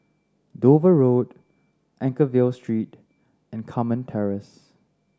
Dover Road Anchorvale Street and Carmen Terrace